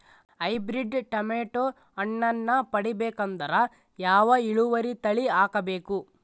Hybrid tomato ಹಣ್ಣನ್ನ ಪಡಿಬೇಕಂದರ ಯಾವ ಇಳುವರಿ ತಳಿ ಹಾಕಬೇಕು?